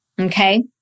Okay